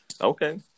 Okay